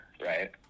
Right